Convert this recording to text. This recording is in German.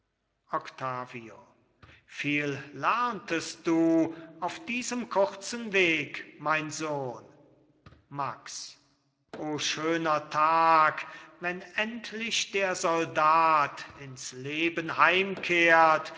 viel lerntest du auf diesem kurzen weg mein sohn max o schöner tag wenn endlich der soldat ins leben heimkehrt